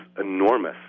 enormous